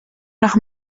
nach